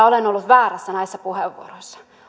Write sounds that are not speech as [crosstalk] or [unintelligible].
[unintelligible] olen ollut väärässä näissä puheenvuoroissa